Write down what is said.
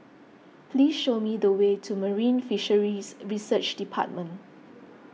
please show me the way to Marine Fisheries Research Department